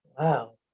Wow